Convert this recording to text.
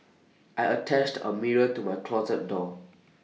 I attached A mirror to my closet door